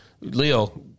Leo